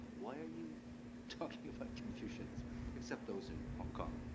why are you talking about confucianism? except those in hong kong.